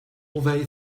they